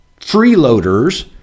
freeloaders